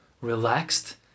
relaxed